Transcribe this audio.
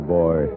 boy